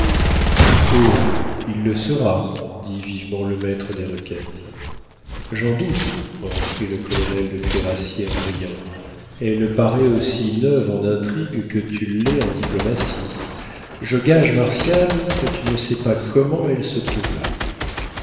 il le sera dit vivement le maître des requêtes j'en doute reprit le colonel de cuirassiers en riant elle paraît aussi neuve en intrigue que tu l'es en diplomatie je gage martial que tu ne sais pas comment elle se trouve là